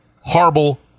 horrible